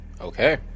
okay